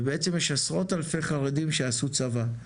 ובעצם יש עשרות אלפי חרדים שעשו צבא,